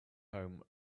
home